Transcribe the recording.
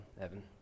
Evan